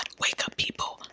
ah wake up people, but